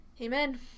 Amen